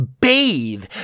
bathe